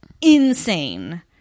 insane